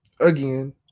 Again